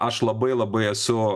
aš labai labai esu